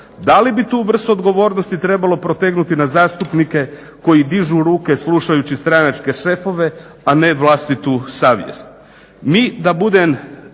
Da li bi tu vrstu odgovornosti trebalo protegnuti na zastupnike koji dižu ruke slušajući stranačke šefove, a ne vlastitu savjest?